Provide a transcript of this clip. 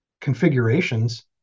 configurations